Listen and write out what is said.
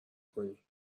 کنی